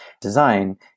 design